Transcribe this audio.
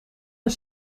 een